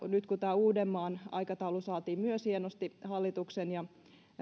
nyt kun myös tämä uudenmaan aikataulu saatiin hienosti hallituksen ja